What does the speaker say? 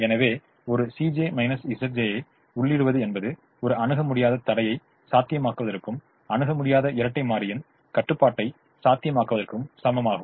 எனவே ஒரு ஐ உள்ளிடுவது என்பது ஒரு அணுக முடியாத தடையை சாத்தியமாக்குவதற்கும் அணுக முடியாத இரட்டைக் மாறியின் கட்டுப்பாட்டை சாத்தியமாக்குவதற்கும் சமமாகும்